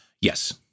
Yes